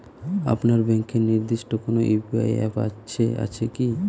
আপনার ব্যাংকের নির্দিষ্ট কোনো ইউ.পি.আই অ্যাপ আছে আছে কি?